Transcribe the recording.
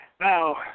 Now